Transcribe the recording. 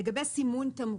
לגבי סימון תמרוק,